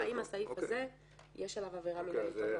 אם על הסעיף הזה יש עבירה מינהלית או לא.